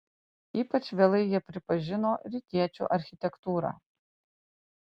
ypač vėlai jie pripažino rytiečių architektūrą